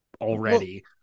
already